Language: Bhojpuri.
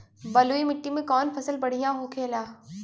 बलुई मिट्टी में कौन फसल बढ़ियां होखे ला?